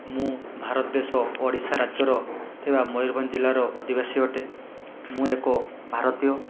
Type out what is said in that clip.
ମୁଁ ଭାରତ ଦେଶ ଓଡ଼ିଶା ରାଜ୍ୟର ଥିବା ମୟୂରଭଞ୍ଜ ଜିଲ୍ଲାର ଅଧିବାସୀ ଅଟେ ମୁଁ ଏକ ଭାରତୀୟ